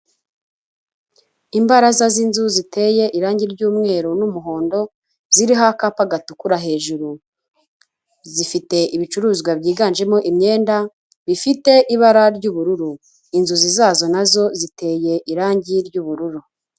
Imbaraza z'inzu ziteye irangi ry'umweru n'umuhondo ziriho akapa gatukura hejuru, zifite ibicuruzwa byiganjemo imyenda, bifite ibara ry'ubururu, inzuzi zazo na zo ziteye irangi ry'ubururu.